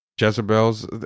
Jezebels